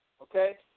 okay